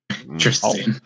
Interesting